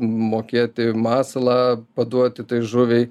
mokėti masalą paduoti tai žuviai